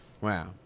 Wow